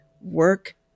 work